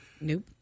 Nope